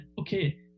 okay